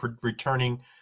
returning